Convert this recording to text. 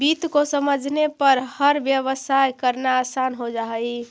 वित्त को समझने पर हर व्यवसाय करना आसान हो जा हई